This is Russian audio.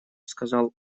сказал